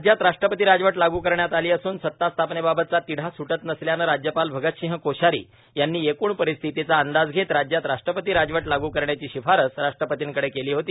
राज्यात राष्ट्रपती राजवट लागू करण्यात आली असून सत्ता स्थापनेबाबतचा तिढा सुटत नसल्यानं राज्यपाल भगतसिंग कोश्यारी यांनी एकूण परिस्थितीचा अंदाज घेत राज्यात राष्ट्रपती राजवट लागू करण्याची शिफारस राष्ट्रपतींकडे केली होती